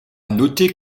noter